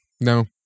no